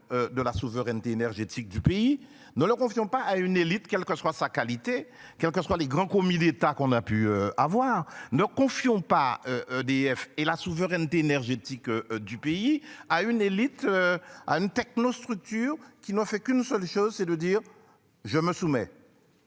De la souveraineté énergétique du pays. Nous leur confions pas à une élite, quelle que soit sa qualité, quelles que soient les grands commis d'État qu'on a pu avoir ne confions pas EDF et la souveraineté énergétique du pays à une élite. Anne technostructure qui n'a fait qu'une seule chose, c'est de dire je me soumets.